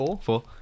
Four